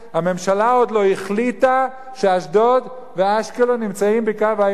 הממשלה עוד לא החליטה שאשדוד ואשקלון נמצאות בקו העימות.